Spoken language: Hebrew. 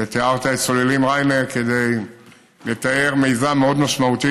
ותיארת את סוללים ריינה כדי לתאר מיזם מאוד משמעותי,